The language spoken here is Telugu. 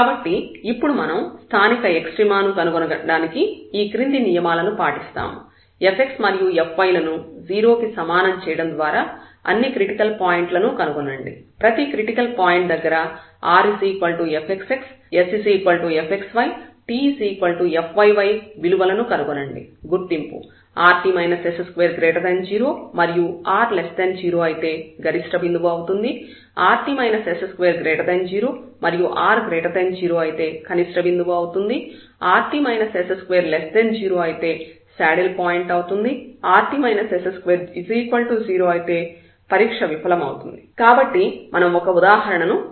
కాబట్టి ఇప్పుడు మనం స్థానిక ఎక్స్ట్రీమ ను కనుగొనడానికి ఈ క్రింది నియమాలను పాటిస్తాము fx మరియు fy లను 0 కి సమానం చేయడం ద్వారా అన్ని క్రిటికల్ పాయింట్లను కనుగొనండి ప్రతి క్రిటికల్ పాయింట్ దగ్గర rfxxsfxytfyy విలువలను కనుగొనండి గుర్తింపు rt s20 మరియు r0 అయితే గరిష్ఠ బిందువు అవుతుంది rt s20 మరియు r0 అయితే కనిష్ట బిందువు అవుతుంది rt s20 అయితే శాడిల్ పాయింట్ అవుతుంది rt s20 అయితే పరీక్ష విఫలమవుతుంది కాబట్టి మనం ఈ ఉదాహరణ ను పరిశీలిద్దాం